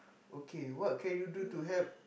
okay what can you do to help